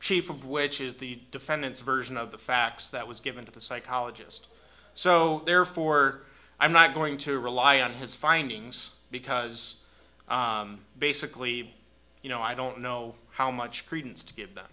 chief of which is the defendant's version of the facts that was given to the psychologist so therefore i'm not going to rely on his findings because basically you know i don't know how much credence to give them